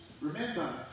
Remember